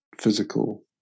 physical